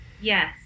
Yes